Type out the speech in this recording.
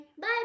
bye